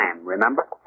remember